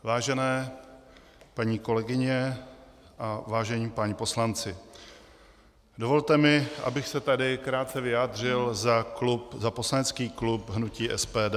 Vážené paní kolegyně, vážení páni poslanci, dovolte mi, abych se tady krátce vyjádřil za poslanecký klub hnutí SPD.